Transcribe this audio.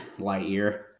Lightyear